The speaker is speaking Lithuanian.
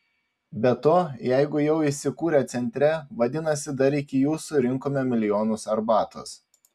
be to jeigu jau įsikūrę centre vadinasi dar iki jų surinkome milijonus arbatos